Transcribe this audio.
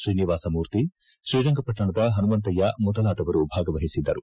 ಶ್ರೀನಿವಾಸಮೂರ್ತಿ ಶ್ರೀರಂಗಪಟ್ಟಣದ ಪನುಮಂತಯ್ಯ ಮೊದಲಾದವರು ಭಾಗವಹಿಸಿದ್ದರು